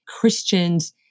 Christians